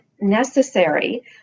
necessary